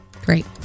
great